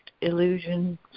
illusion